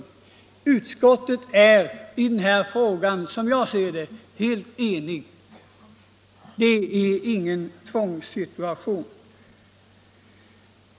Som jag ser det är utskottet i denna fråga helt enigt, här har inte förelegat någon tvångssituation.